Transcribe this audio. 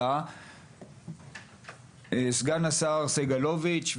סגן השר סגלוביץ׳,